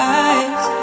eyes